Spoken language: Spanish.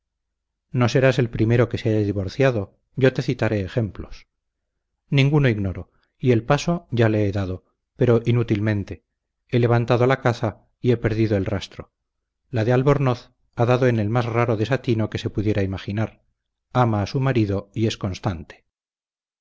no serás el primero que se haya divorciado yo te citaré ejemplos ninguno ignoro y el paso ya le he dado pero inútilmente he levantado la caza y he perdido el rastro la de albornoz ha dado en el más raro desatino que se pudiera imaginar ama a su marido y es constante